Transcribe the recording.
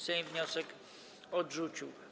Sejm wniosek odrzucił.